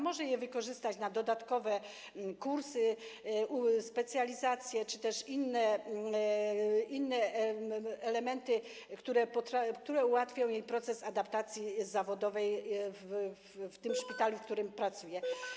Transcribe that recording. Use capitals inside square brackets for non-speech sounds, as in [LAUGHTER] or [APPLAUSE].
Może je wykorzystać na dodatkowe kursy, specjalizację czy też inne elementy, które ułatwią jej proces adaptacji zawodowej w tym szpitalu, [NOISE] w którym pracuje.